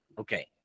Okay